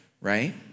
right